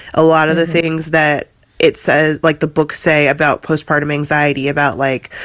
a lot of the things that it says, like the books say about postpartum anxiety, about, like,